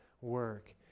work